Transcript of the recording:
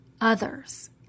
others